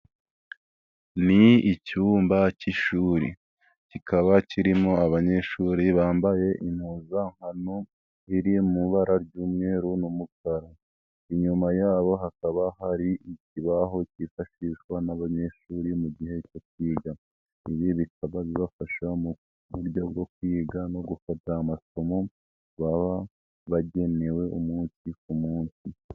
Ni icyumba cy'ishuri kikaba kirimo abanyeshuri bambaye impuzankano iri mu ibara ry'umweru n'umukara, inyuma yabo hakaba hari ikibaho cyifashishwa n'abanyeshuri mu gihe cyo kwiga, ibi bikaba bibafasha mu buryo bwo kwiga no gufata amasomo baba bagenewe umunsi ku munsi.